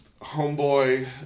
Homeboy